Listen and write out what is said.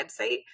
website